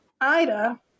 Ida